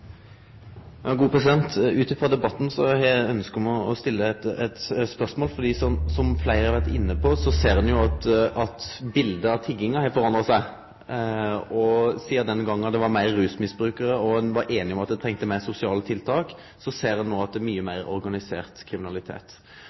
Ut frå debatten har eg ønske om å stille eit spørsmål. Som fleire har vore inne på, ser ein jo at biletet av tigginga har forandra seg. Sidan den gongen det var fleire rusmisbrukarar og ein var einig om at ein trong meir sosiale tiltak, ser ein no at det er mykje meir organisert kriminalitet.